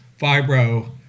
fibro